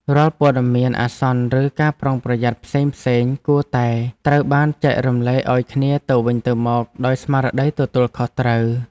រាល់ព័ត៌មានអាសន្នឬការប្រុងប្រយ័ត្នផ្សេងៗគួរតែត្រូវបានចែករំលែកឱ្យគ្នាទៅវិញទៅមកដោយស្មារតីទទួលខុសត្រូវ។